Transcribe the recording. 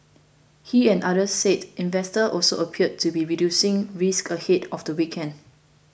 he and others said investors also appeared to be reducing risk ahead of the weekend